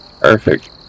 Perfect